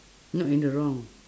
not in the wrong